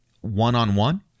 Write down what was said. one-on-one